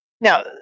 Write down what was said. Now